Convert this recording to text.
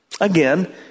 Again